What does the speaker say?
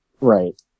right